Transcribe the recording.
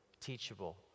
teachable